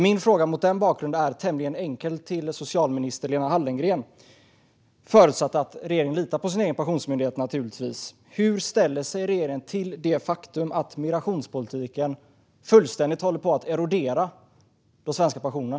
Min fråga till socialminister Lena Hallengren är mot den bakgrunden tämligen enkel, naturligtvis förutsatt att regeringen litar på sin egen pensionsmyndighet: Hur ställer sig regeringen till det faktum att migrationspolitiken fullständigt håller på att erodera de svenska pensionerna?